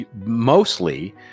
mostly